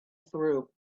through